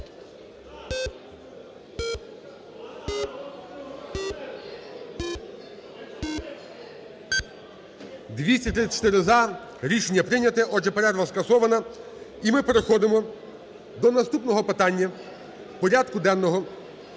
За-234 Рішення прийняте. Отже, перерва скасована. І ми переходимо до наступного питання порядку денного